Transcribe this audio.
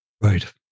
Right